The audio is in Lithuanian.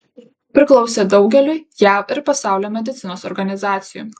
priklausė daugeliui jav ir pasaulio medicinos organizacijų